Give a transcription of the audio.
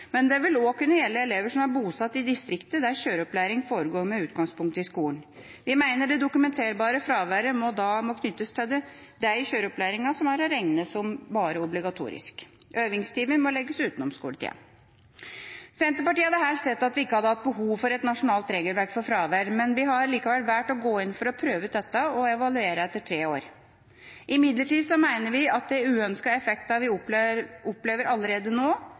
men det vil også kunne gjelde elever som er bosatt i distriktene der kjøreopplæring foregår med utgangspunkt i skolen. Vi mener det dokumenterbare fraværet må knyttes til det i kjøreopplæringen som er å regne som obligatorisk. Øvingstimer må legges utenom skoletida. Senterpartiet hadde helst sett at vi ikke hadde hatt behov for et nasjonalt regelverk for fravær, men vi har likevel valgt å gå inn for å prøve ut dette og evaluere det etter tre år. Imidlertid mener vi at de uønskede effektene vi opplever allerede nå,